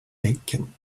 bacon